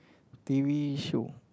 t_v show